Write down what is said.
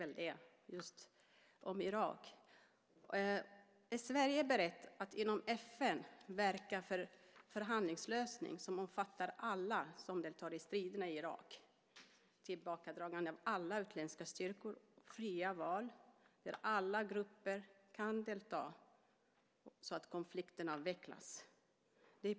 Är Sverige berett att inom FN verka för en förhandlingslösning som omfattar alla som deltar i striderna i Irak, tillbakadragande av alla utländska styrkor och fria val där alla grupper kan delta, så att konflikten avvecklas?